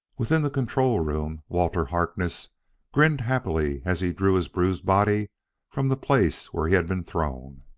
within the control room walter harkness grinned happily as he drew his bruised body from the place where he had been thrown,